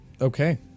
Okay